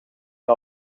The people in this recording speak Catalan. que